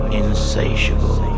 insatiable